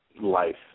life